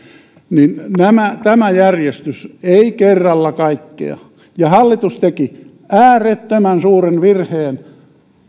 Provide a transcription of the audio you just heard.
tämä järjestys ei kerralla kaikkea hallitus teki äärettömän suuren virheen